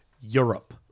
Europe